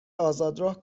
آزادراه